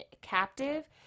captive